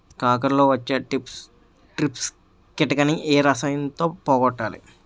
కాకరలో వచ్చే ట్రిప్స్ కిటకని ఏ రసాయనంతో పోగొట్టాలి?